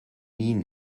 mean